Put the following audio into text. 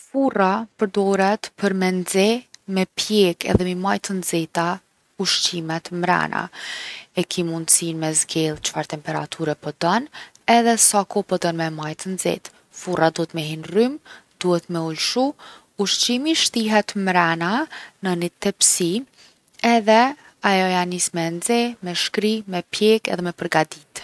Furra përdoret për me nxe, me pjek, edhe mi majt t’nxeta ushqimet mrena. E ki mundsinë me zgedh çfarë temperature pe don edhe për sa koh po don me e majt t’nxet. Furra duhet me hi n’rrymë, duhet me u lshu. Ushqimi shtihet mrena në ni tepsi edhe ajo ja nis me e nxe, me shkri, me pjek edhe me përgadit.